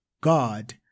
God